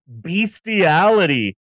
bestiality